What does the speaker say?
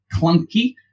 clunky